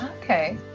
Okay